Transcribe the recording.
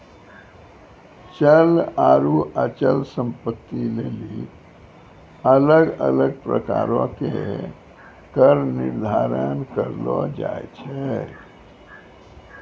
चल आरु अचल संपत्ति लेली अलग अलग प्रकारो के कर निर्धारण करलो जाय छै